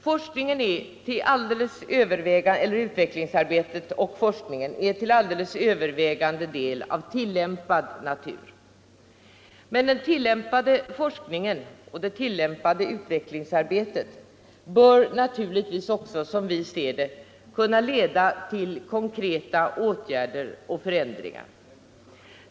Utvecklingsarbetet och forskningen är till all 5 mars 1975 deles övervägande del av tillämpad natur, men den tillämpade forskningen och det tillämpade utvecklingsarbetet bör, som vi ser det, kunna = Anslag till skolväleda till konkreta åtgärder och förändringar.